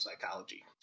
psychology